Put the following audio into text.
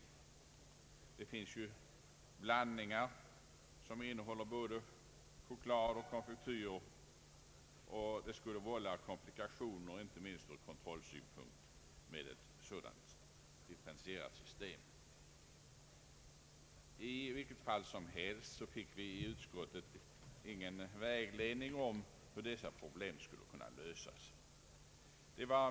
Det finns ju blandningar som innehåller både choklad och konfektyrer, och det skulle vålla komplikationer inte minst ur kontrollsynpunkt med ett sådant differentierat system. I vilket fall som helst fick vi i utskottet ingen vägledning för hur dessa problem skulle kunna lösas.